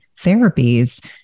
therapies